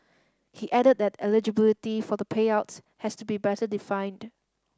he added that eligibility for the payouts has to be better defined